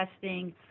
testing